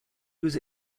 was